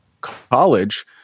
college